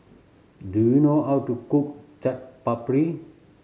do you know how to cook Chaat Papri